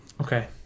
Okay